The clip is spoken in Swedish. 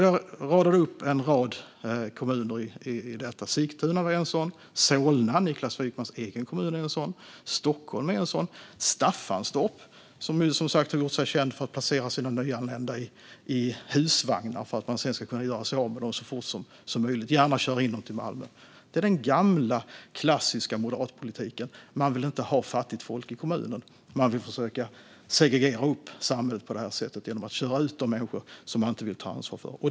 Jag radade upp en rad kommuner. Sigtuna är en sådan kommun. Solna - Niklas Wykmans egen kommun - är en sådan kommun. Stockholm är en sådan kommun. Staffanstorp har gjort sig känt för att placera sina nyanlända i husvagnar, för att man sedan ska kunna göra sig av med dem så fort som möjligt; gärna köra in dem till Malmö. Det är den gamla klassiska moderatpolitiken, nämligen att inte ha fattigt folk i kommunen utan i stället segregera samhället genom att köra ut de människor man inte vill ta ansvar för.